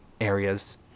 areas